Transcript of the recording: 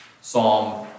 Psalm